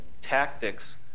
tactics